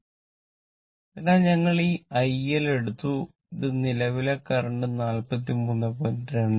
അതിനാൽ ഞങ്ങൾ ഈ IL എടുത്തു ഇത് നിലവിലെ കറന്റ് 43